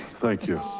thank you.